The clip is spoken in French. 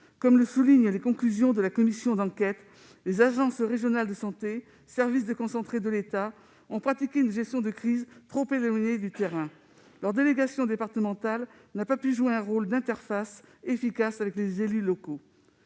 Comme le soulignent les conclusions de la commission d'enquête, les agences régionales de santé, services déconcentrés de l'État, ont pratiqué une gestion de crise trop éloignée du terrain. Leur délégation départementale n'a pas pu jouer un rôle d'interface efficace avec les élus locaux.